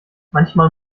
manchmal